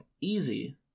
easy